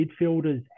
midfielders